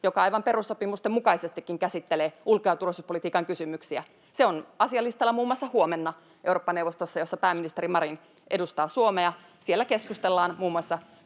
joka aivan perussopimusten mukaisestikin käsittelee ulko- ja turvallisuuspolitiikan kysymyksiä. Se on asialistalla muun muassa huomenna Eurooppa-neuvostossa, jossa pääministeri Marin edustaa Suomea. Siellä keskustellaan muun muassa